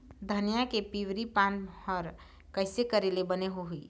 धनिया के पिवरी पान हर कइसे करेले बने होही?